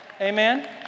Amen